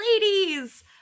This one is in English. Ladies